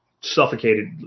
suffocated